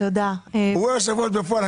הוא יושב הראש בפועל,